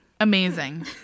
amazing